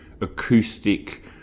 acoustic